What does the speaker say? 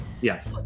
Yes